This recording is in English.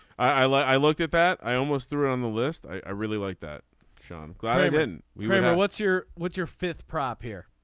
i like i looked at that i almost threw on the list. i really like that show i'm glad i did. i mean we read about what's your what's your fifth prop here.